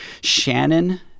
Shannon